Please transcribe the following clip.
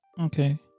Okay